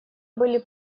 были